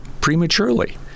prematurely